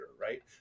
right